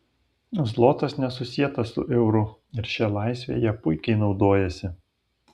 zlotas nesusietas su euru ir šia laisve jie puikiai naudojasi